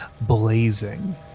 blazing